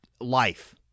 life